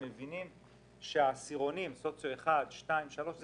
הוא טכני, הוא